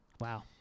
Wow